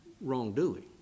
Wrongdoing